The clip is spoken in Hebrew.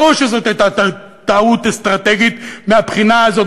ברור שזאת הייתה טעות אסטרטגית מהבחינה הזאת.